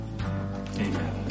Amen